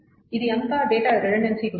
ఇది అంతా data redundancy గురించి